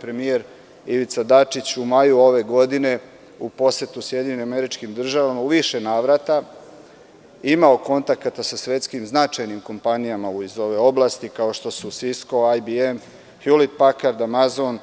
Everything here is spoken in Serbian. Premijer Ivica Dačić je u maju ove godine u poseti SAD u više navrata imao kontakata sa svetski značajnim kompanijama iz ove oblasti, kao što su „Sisko“, „IBM“, „Hjuit pakard“, „Amazon“,